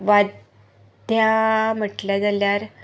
वाद्यां म्हणले जाल्यार